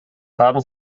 haben